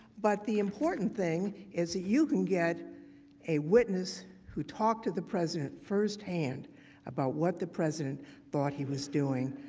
but the important thing is that you can get a witness who talked to the president firsthand about what the president thought he was doing.